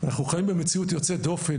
אנחנו חיים במציאות יוצאת דופן.